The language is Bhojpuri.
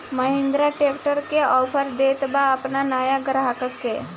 महिंद्रा ट्रैक्टर का ऑफर देत बा अपना नया ग्राहक के?